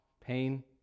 pain